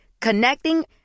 Connecting